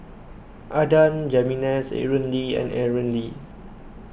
Adan Jimenez Aaron Lee and Aaron Lee